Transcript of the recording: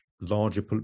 larger